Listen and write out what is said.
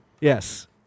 Yes